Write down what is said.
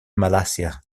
malasia